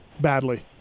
badly